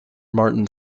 martin